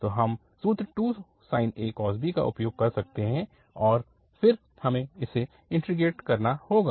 तो हम सूत्र 2sin a cos b का उपयोग कर सकते हैं और फिर हमें इसे इन्टीग्रेट करना होगा